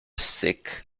sick